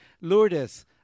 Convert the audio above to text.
Lourdes